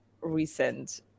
recent